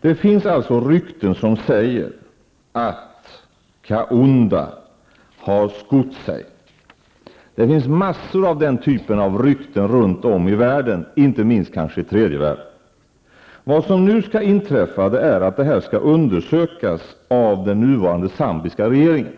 Det finns rykten som säger att Kaunda har skott sig. Det finns massor av den typen av rykten runt om i världen, inte minst kanske i tredje världen. Vad som nu skall inträffa är att detta skall undersökas av den nuvarande zambiska regeringen.